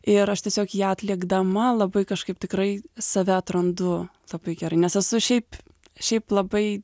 ir aš tiesiog ją atlikdama labai kažkaip tikrai save atrandu labai gerai nes esu šiaip šiaip labai